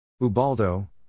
Ubaldo